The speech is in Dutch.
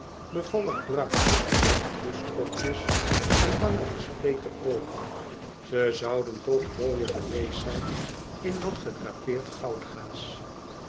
bevallig bruin met kroeskopjes en lange gespleten oogen ze zouden toch mooier geweest zijn in wat gedrapeerd